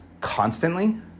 constantly